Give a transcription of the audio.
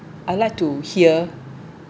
I like to hear